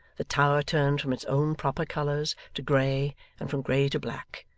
the tower turned from its own proper colours to grey and from grey to black,